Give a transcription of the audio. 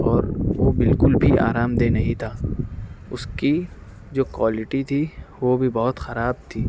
اور وہ بالکل بھی آرام دہ نہیں تھا اُس کی جو کوالیٹی تھی وہ بھی بہت خراب تھی